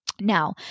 Now